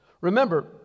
Remember